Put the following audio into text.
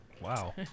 Wow